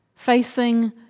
Facing